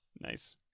Nice